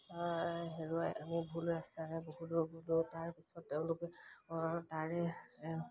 হেৰুৱাই মোৰ ভুল ৰাস্তাৰে বহুদূৰ গ'লো তাৰপিছত তেওঁলোকে তাৰে